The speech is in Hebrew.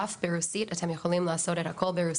הדף מתורגם ואפשר לבצע את הכול ברוסית,